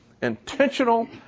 intentional